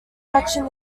touching